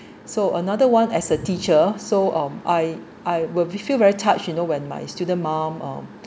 so another one as a teacher so um I I will feel very touched you know when my student‘s mum uh